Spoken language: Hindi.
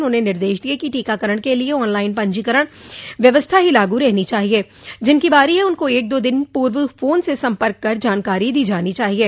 उन्होंने निर्देश दिये कि टीकाकरण के लिये ऑन लाइन पंजीकरण व्यवस्था ही लागू रहनी चाहिये जिनकी बारी है उनको एक दो दिन पूर्व फोन से सम्पर्क कर जानकारी दी जानी चाहिये